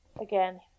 again